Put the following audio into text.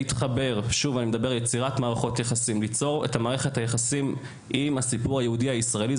כדי להתחבר וליצור את מערכת היחסים עם הסיפור היהודי-ישראלי,